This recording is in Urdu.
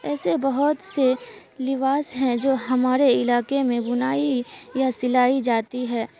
ایسے بہت سے لباس ہیں جو ہمارے علاقے میں بنائی یا سلائی جاتی ہے